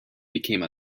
became